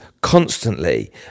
constantly